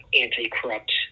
anti-corrupt